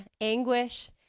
anguish